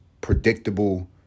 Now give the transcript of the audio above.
predictable